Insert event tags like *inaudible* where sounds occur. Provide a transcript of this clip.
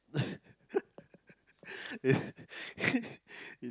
*laughs*